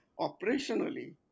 operationally